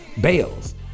Bales